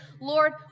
Lord